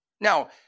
Now